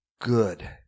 good